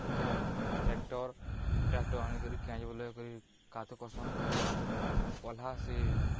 ଦାଆ tractor tractor ଆଣିକରି କାଏଁ'ଯେ ବେଲେ କରି କାଦ କର୍ସନ୍ କାଦ ତା'ର୍ପରେ ପଲ୍ହା ସେ